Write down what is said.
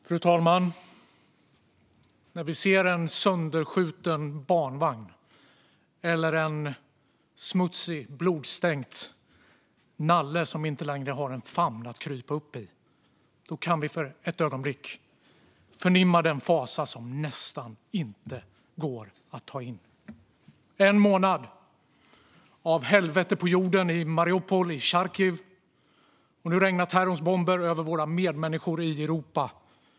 Fru talman! När vi ser en sönderskjuten barnvagn eller en smutsig, blodstänkt nalle som inte längre har en famn att krypa upp i kan vi för ett ögonblick förnimma den fasa som nästan inte går att ta in. En månad av helvete på jorden i Mariupol och i Charkiv. Nu regnar terrorns bomber över våra medmänniskor i Europa.